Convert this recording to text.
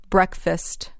Breakfast